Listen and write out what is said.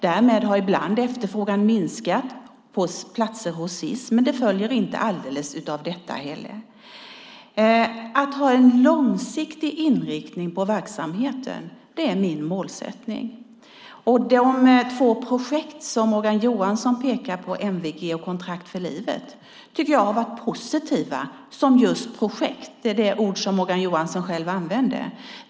Därmed har ibland efterfrågan minskat på platser hos Sis, men det följer inte helt detta heller. Att ha en långsiktig inriktning på verksamheten är min målsättning. De två projekt som Morgan Johansson pekar på, MVG och Kontrakt för livet, tycker jag har varit positiva som just projekt. Det är det ord som Morgan Johansson själv använder.